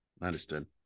Understood